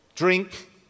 Drink